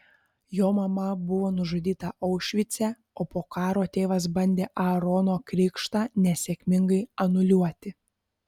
jo mama buvo nužudyta aušvice o po karo tėvas bandė aarono krikštą nesėkmingai anuliuoti